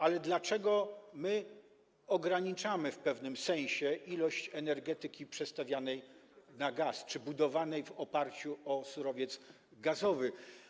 Ale dlaczego ograniczamy w pewnym sensie ilość energetyki przestawianej na gaz czy budowanej w oparciu o surowiec gazowy?